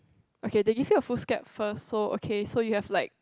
okay they give you a foolscap first so okay so you have like